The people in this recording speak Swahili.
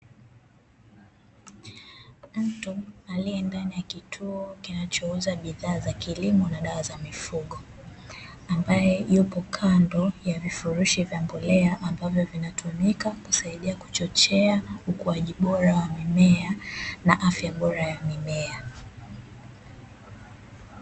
Mtu aliyendani ya kituo kinachouza bidhaa za kilimo na dawa za mifugo, ambaye yupo kando ya vifurushi vya mbolea ambavyo vinatumika kusaidia kuchochea ukuaji bora wa mimea, na afya bora ya mimea.